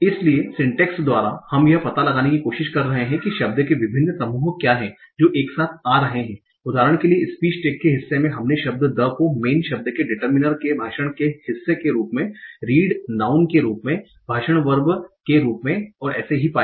इसलिए सिंटैक्स द्वारा हम यह पता लगाने की कोशिश कर रहे हैं कि शब्द के विभिन्न समूह क्या हैं जो एक साथ आ रहे हैं उदाहरण के लिए स्पीच टैग के हिस्से में हमने शब्द द को मेन शब्द के डिटर्मिनर के भाषण के हिस्से के रूप में रीड नाउँन के रूप में भाषण वर्ब के रूप में और ऐसे ही पाया